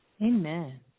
Amen